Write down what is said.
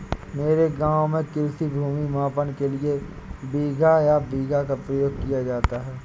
मेरे गांव में कृषि भूमि मापन के लिए बिगहा या बीघा का प्रयोग किया जाता है